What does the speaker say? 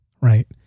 Right